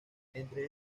entre